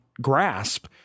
grasp